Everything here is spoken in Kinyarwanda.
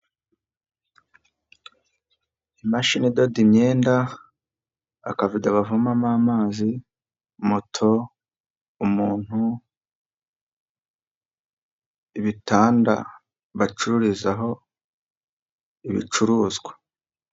Imashini idoda imyenda, akavido bavomamo amazi, moto, umuntu, ibitanda bacururizaho ibicuruzwa.